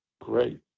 Great